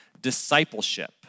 discipleship